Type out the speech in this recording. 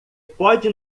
pode